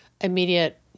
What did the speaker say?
immediate